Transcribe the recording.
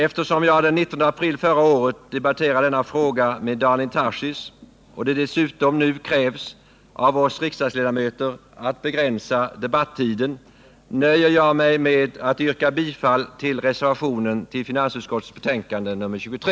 Eftersom jag den 19 april förra året debatterade denna fråga med Daniel Tarschys och det dessutom krävs av oss riksdagsledamöter att vi skall begränsa debattiden, nöjer jag mig med att yrka bifall till reservationen till finansutskottets betänkande nr 23.